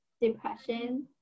depression